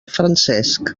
francesc